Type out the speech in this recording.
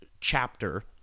chapter